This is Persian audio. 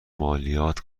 مالیات